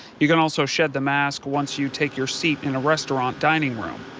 you can also shed the mask once you take your seat in a restaurant dining room.